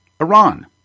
Iran